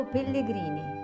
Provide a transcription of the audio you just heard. Pellegrini